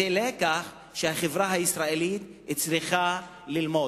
זה לקח שהחברה הישראלית צריכה ללמוד.